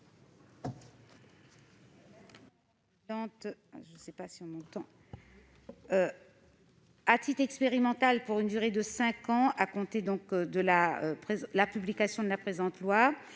titre expérimental, pour une durée de cinq ans à compter de la publication de la présente loi